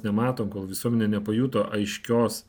nematom kol visuomenė nepajuto aiškios